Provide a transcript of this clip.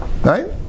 Right